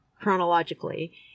chronologically